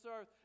earth